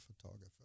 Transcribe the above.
photographer